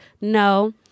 no